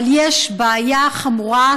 אבל יש בעיה חמורה,